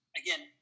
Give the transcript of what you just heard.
again